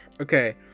okay